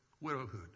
widowhood